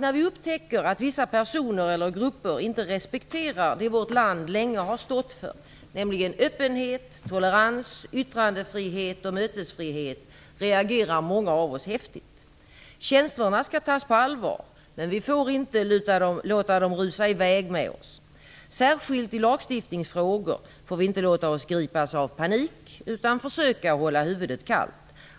När vi upptäcker att vissa personer eller grupper inte respekterar det vårt land länge har stått för, nämligen, öppenhet, tolerans yttrandefrihet och mötesfrihet reagerar många av oss häftigt. Känslorna skall tas på allvar, men vi får inte låta dem rusa i väg med oss. Särskilt i lagstiftningsfrågor får vi inte låta oss gripas av panik utan försöka hålla huvudet kallt.